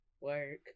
work